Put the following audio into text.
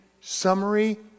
summary